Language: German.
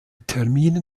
terminen